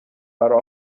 برا